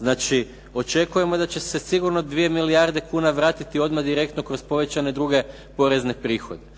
Znači, očekujemo da će se sigurno 2 milijarde kuna vratiti odmah direktno kroz povećane druge porezne prihode.